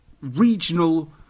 regional